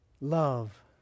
Love